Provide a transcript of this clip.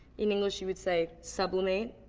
in english you would say sublimate,